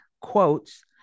quotes